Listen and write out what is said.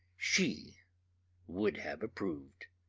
she would have approved.